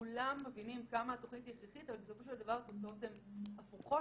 כולם מבינים כמה התוכנית היא הכרחית אבל בסופו של דבר התוצאות הן הפוכות